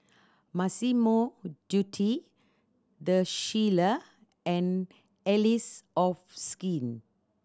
Massimo Dutti The Shilla and Allies of Skin